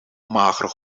mager